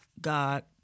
God